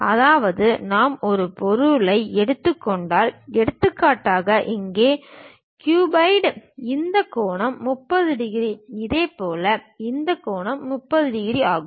அதாவது நான் ஒரு பொருளை எடுத்துக் கொண்டால் எடுத்துக்காட்டாக இங்கே க்யூபாய்டு இந்த கோணம் 30 டிகிரி இதேபோல் இந்த கோணம் 30 டிகிரி ஆகும்